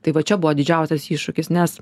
tai va čia buvo didžiausias iššūkis nes